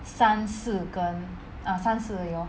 三四跟 err 三四而已 lor